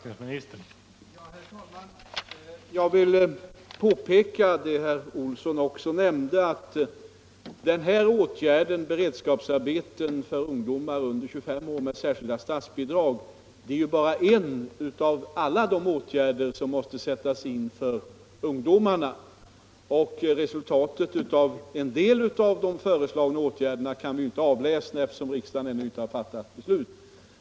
Herr talman! Jag vill påpeka vad herr Olsson i Edane också nämnde, att den här åtgärden — beredskapsarbeten för ungdomar under 25 år med särskilda statsbidrag — bara är en av alla de åtgärder som måste sättas in för ungdomarna. Resultatet av en del av de föreslagna åtgärderna kan vi inte avläsa, eftersom riksdagen ännu inte har fattat beslut.